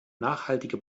nachhaltige